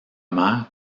mer